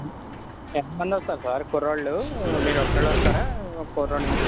ఎంతమంది వస్తారు సార్ కుర్రోళ్ళు మీరు ఒక్కరే వస్తారా కుర్రవాడిని